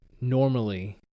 normally